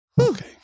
Okay